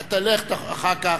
לך אחר כך,